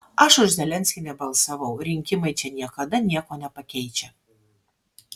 aš už zelenskį nebalsavau rinkimai čia niekada nieko nepakeičia